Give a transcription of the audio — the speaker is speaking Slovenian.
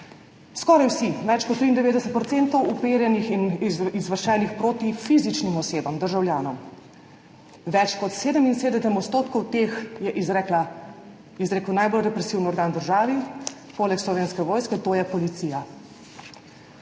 Skoraj vsi, več kot 93 % uperjenih in izvršenih proti fizičnim osebam, državljanom. Več kot 77 % teh je izrekel najbolj represiven organ v državi poleg Slovenske vojske, to je Policija.